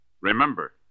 Remember